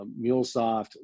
MuleSoft